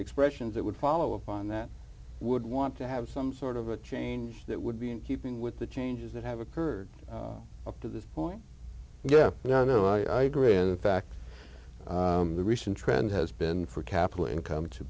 expression that would follow up on that would want to have some sort of a change that would be in keeping with the changes that have occurred up to this point yeah i agree in fact the recent trend has been for capital income to